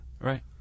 Right